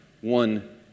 one